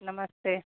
नमस्ते